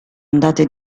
andate